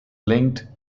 linked